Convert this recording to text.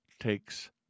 takes